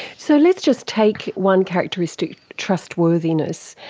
so let's just take one characteristic trustworthiness.